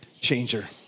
changer